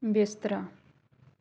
ਬਿਸਤਰਾ